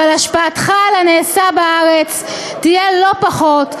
אבל השפעתך על הנעשה בארץ תהיה לא פחות,